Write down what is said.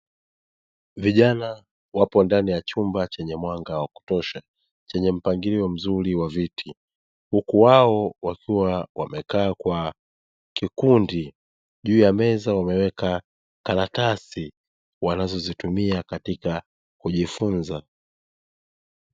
Vijana wapo ndani ya chumba chenye mwanga wa kutosha chenye mpangilio mzuri wa viti, huku wao wakiwa wamekaa kwa kikundi juu meza wameweka karatasi wanazozitumia katika kujifunza.